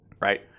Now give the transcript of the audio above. right